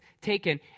taken